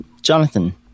jonathan